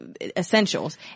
essentials